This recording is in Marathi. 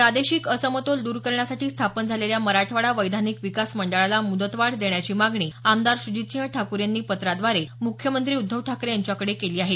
प्रादेशिक असमतोल दूर करण्यासाठी स्थापन झालेल्या मराठवाडा वैधानिक विकास मंडळाला मुदतवाढ देण्याची मागणी आमदार सुजितसिंह ठाकूर यांनी पत्राद्वारे मुख्यमंत्री उद्धव ठाकरे यांच्याकडे केली आहे